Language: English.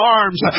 arms